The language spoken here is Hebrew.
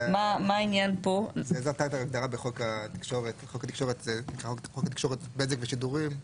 זאת הייתה ההגדרה בחוק התקשורת בזק ושידורים.